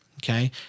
Okay